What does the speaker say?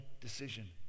decision